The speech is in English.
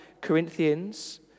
Corinthians